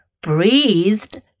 breathed